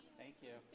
thank you.